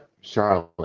Charlotte